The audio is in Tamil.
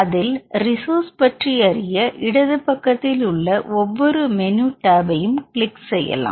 அதில் உள்ள ரீசௌர்ஸ் பற்றி அறிய இடது பக்கத்தில் உள்ள ஒவ்வொரு மெனு டேப் ஐ ம் கிளிக் செய்யலாம்